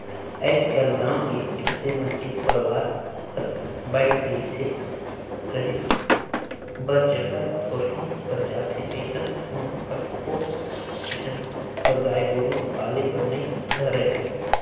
आयज कायल गाँव के मइनसे मन के परवार हर बायढ़ गईस हे, रहें बर जघा थोरहें पर जाथे अइसन म कतको झन ह गाय गोरु पाले बर नइ धरय